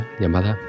llamada